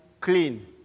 Clean